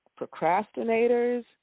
procrastinators